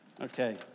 okay